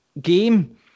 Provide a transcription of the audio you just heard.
game